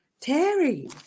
Terry